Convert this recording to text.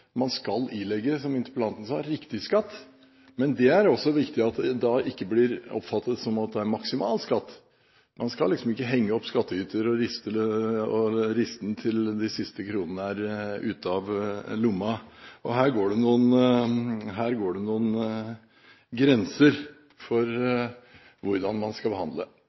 Man skal ilegge, som interpellanten sa, riktig skatt. Men det er viktig at det da ikke blir oppfattet som at det er maksimal skatt. Man skal liksom ikke henge opp skattyter og riste ham til de siste kronene er ute av lomma. Her går det noen grenser for hvordan man skal